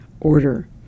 Order